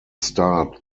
start